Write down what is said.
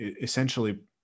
essentially